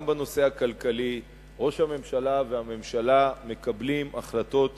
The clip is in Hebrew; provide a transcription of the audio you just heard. גם בנושא הכלכלי ראש הממשלה והממשלה מקבלים החלטות חשובות,